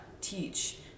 teach